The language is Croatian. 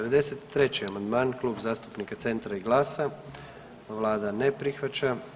93. amandman Klub zastupnika Centra i GLAS-a vlada ne prihvaća.